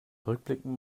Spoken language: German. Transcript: rückblickend